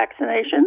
vaccinations